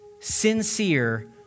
sincere